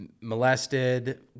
molested